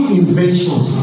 inventions